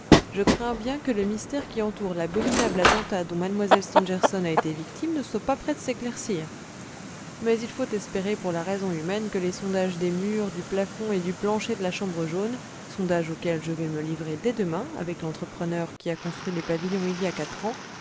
je crains bien que le mystère qui entoure l'abominable attentat dont mlle stangerson a été victime ne soit pas près de s'éclaircir mais il faut espérer pour la raison humaine que les sondages des murs du plafond et du plancher de la chambre jaune sondages auxquels je vais me livrer dès demain avec l'entrepreneur qui a construit le pavillon il y a quatre ans